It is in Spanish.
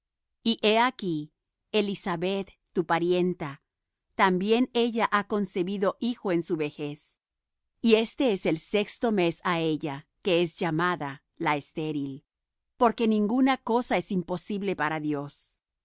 aquí elisabet tu parienta también ella ha concebido hijo en su vejez y este es el sexto mes á ella que es llamada la estéril porque ninguna cosa es imposible para dios